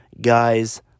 guys